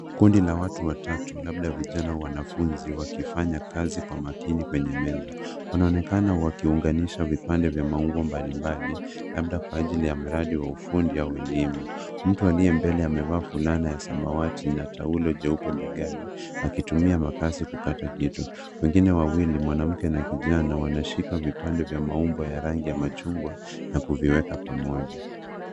Kundi la watu watatu labda vijana wanafunzi wakifanya kazi kwa makini kwenye meza. Wanaonekana wakiunganisha vipande vya maumbo mbalimbali labda kwa ajili ya mradi wa ufundi au elimu. Mtu aliye mbele amevaa fulana ya samawati na taulo jeupe mbegani akitumia makasi kukata kitu. Wengine wawili mwanamke na kijana wanashika vipande vya maumbo ya rangi ya machungwa na kuviweka pamoja.